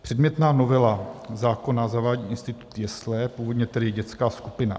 Předmětná novela zákona zavádí institut jesle, původně tedy dětská skupina.